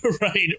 Right